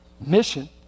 Mission